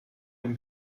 dem